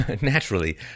naturally